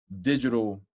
digital